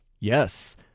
yes